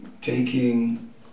taking